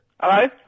Hello